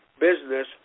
business